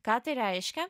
ką tai reiškia